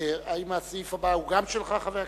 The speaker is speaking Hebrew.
האם הסעיף הבא גם הוא שלך, חבר הכנסת?